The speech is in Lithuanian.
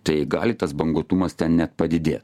tai gali tas banguotumas ten net padidė